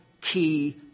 key